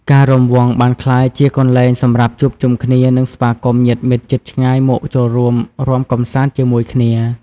ការរាំវង់បានក្លាយជាកន្លែងសម្រាប់ជួបជុំគ្នា និងស្វាគមន៍ញាតិមិត្តជិតឆ្ងាយមកចូលរួមរាំកម្សាន្តជាមួយគ្នា។